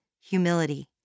humility